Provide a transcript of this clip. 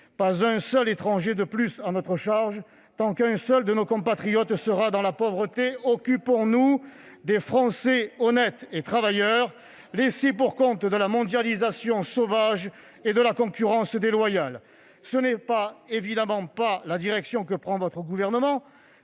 pas un seul étranger de plus ne doit être mis à notre charge tant qu'un seul de nos compatriotes sera dans la pauvreté ! Occupons-nous des Français honnêtes et travailleurs, laissés pour compte de la mondialisation sauvage et de la concurrence déloyale ! Ce n'est évidemment pas la direction que prend le Gouvernement,